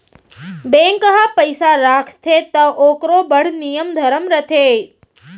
bank ह पइसा राखथे त ओकरो बड़ नियम धरम रथे